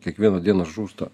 kiekvieną dieną žūsta